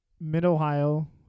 Mid-Ohio